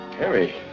Harry